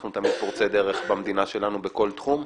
אנחנו תמיד פורצי דרך במדינה שלנו בכל תחום,